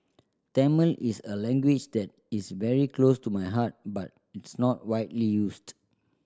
Tamil is a language that is very close to my heart but it's not widely used